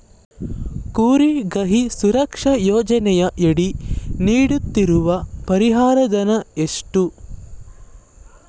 ಕುರಿಗಾಹಿ ಸುರಕ್ಷಾ ಯೋಜನೆಯಡಿ ನೀಡುತ್ತಿರುವ ಪರಿಹಾರ ಧನ ಎಷ್ಟು?